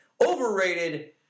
Overrated